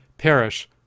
perish